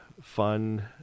fun